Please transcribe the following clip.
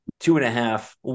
two-and-a-half